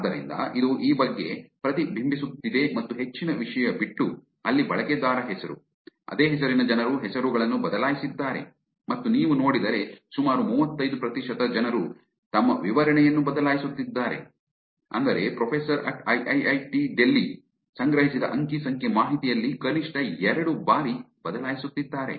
ಆದ್ದರಿಂದ ಇದು ಈ ಬಗ್ಗೆ ಪ್ರತಿಬಿಂಬಿಸುತ್ತಿದೆ ಮತ್ತು ಹೆಚ್ಚಿನ ವಿಷಯ ಬಿಟ್ಟು ಅಲ್ಲಿ ಬಳಕೆದಾರ ಹೆಸರು ಅದೇ ಹೆಸರಿನ ಜನರು ಹೆಸರುಗಳನ್ನು ಬದಲಾಯಿಸಿದ್ದಾರೆ ಮತ್ತು ನೀವು ನೋಡಿದರೆ ಸುಮಾರು ಮೂವತ್ತೈದು ಪ್ರತಿಶತ ಜನರು ತಮ್ಮ ವಿವರಣೆಯನ್ನು ಬದಲಾಯಿಸುತ್ತಿದ್ದಾರೆ ಅಂದರೆ ಪ್ರೊಫೆಸರ್ ಅಟ್ ಐಐಐಟಿ ಡೆಲ್ಲಿ ಸಂಗ್ರಹಿಸಿದ ಅಂಕಿ ಸಂಖ್ಯೆ ಮಾಹಿತಿಯಲ್ಲಿ ಕನಿಷ್ಠ ಎರಡು ಬಾರಿ ಬದಲಾಯಿಸುತ್ತಿದ್ದಾರೆ